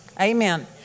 Amen